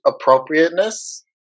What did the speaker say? appropriateness